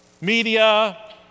Media